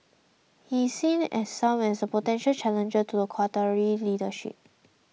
he is seen as some as potential challenger to the Qatari leadership